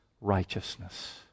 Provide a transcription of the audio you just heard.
righteousness